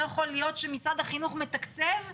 לא יכול להיות שמשרד החינוך מתקצב והילדים,